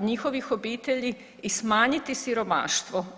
njihovih obitelji i smanjiti siromaštvo.